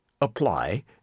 apply